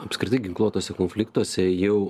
apskritai ginkluotuose konfliktuose jau